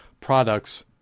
products